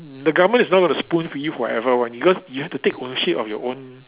the government is not going to spoon feed you forever one because you have to take ownership of your own